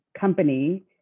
company